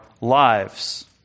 lives